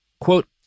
quote